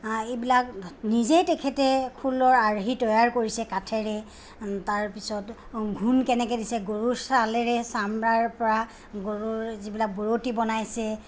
এইবিলাক নিজেই তেখেতে খোলৰ আৰ্হি তৈয়াৰ কৰিছে কাঠেৰে তাৰ পিছত ঘূণ কেনেকে দিছে গৰুৰ ছালেৰে ছামৰাৰ পৰা গৰুৰ যিবিলাক বৰতি বনাইছে